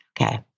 Okay